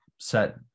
set